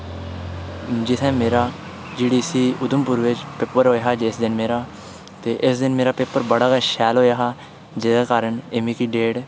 जित्थै मेरा जीडीसी उधमपुर बिच्च पेपर होएया हा जिस दिन मेरा ते इस दिन मेरा पेपर बड़ा गै शैल होएया हा जेहदे कारण एह् मिगी डेट